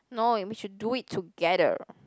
no we should do it together